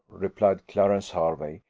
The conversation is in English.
replied clarence hervey,